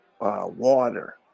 water